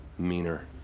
meaner.